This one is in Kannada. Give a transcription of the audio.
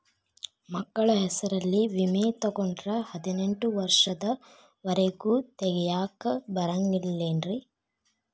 ಮಕ್ಕಳ ಹೆಸರಲ್ಲಿ ವಿಮೆ ತೊಗೊಂಡ್ರ ಹದಿನೆಂಟು ವರ್ಷದ ಒರೆಗೂ ತೆಗಿಯಾಕ ಬರಂಗಿಲ್ಲೇನ್ರಿ?